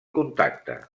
contacte